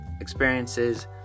experiences